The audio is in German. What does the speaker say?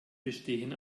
bestehen